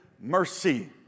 mercy